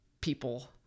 people